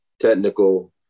technical